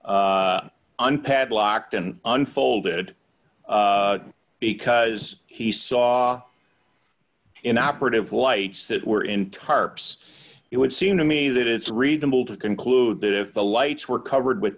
an padlocked and unfolded because he saw inoperative lights that were in tarps it would seem to me that it's reasonable to conclude that if the lights were covered with